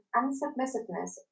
unsubmissiveness